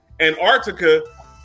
Antarctica